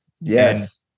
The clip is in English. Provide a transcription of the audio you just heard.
Yes